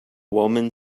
woman